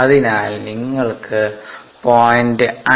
അതിനാൽ നിങ്ങൾക്ക് 0